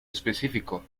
específico